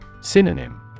Synonym